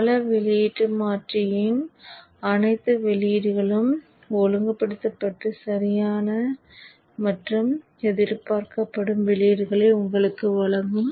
பல வெளியீட்டு மாற்றியின் அனைத்து வெளியீடுகளும் ஒழுங்குபடுத்தப்பட்டு சரியான மற்றும் எதிர்பார்க்கப்படும் வெளியீடுகளை உங்களுக்கு வழங்கும்